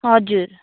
हजुर